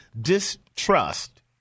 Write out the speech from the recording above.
distrust